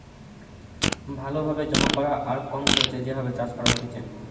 ভালো ভাবে জমা করা আর কম খরচে যে ভাবে চাষ হতিছে